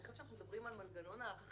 אני חושבת שאנחנו מדברים על מנגנון האכיפה.